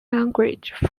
language